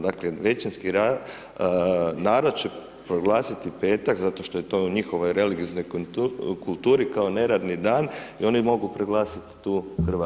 Dakle, većinski narod će proglasiti petak, zato što je to u njihovoj religioznoj kulturi kao neradni dan i oni mogu proglasiti tu Hrvate.